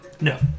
No